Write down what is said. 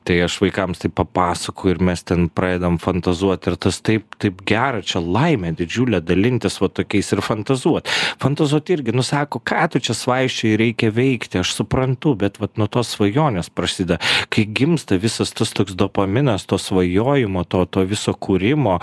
tai aš vaikams tai papasakoju ir mes ten pradedam fantazuot ir tas taip taip gera čia laimė didžiulė dalintis va tokiais ir fantazuot fantazuot irgi nu sako ką tu čia svaičioji reikia veikti aš suprantu bet vat nuo tos svajonės prasideda kai gimsta visas tas toks dopaminas to svajojimo to to viso kūrimo